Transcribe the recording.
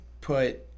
put